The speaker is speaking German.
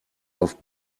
auf